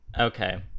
Okay